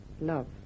love